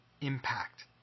impact